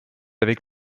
avec